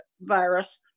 virus